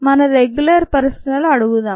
మన రెగ్యులర్ ప్రశ్నలు అడుగుదాం